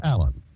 Alan